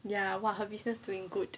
ya !wah! her business doing good